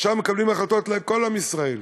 ועכשיו הם מקבלים החלטות לכל עם ישראל.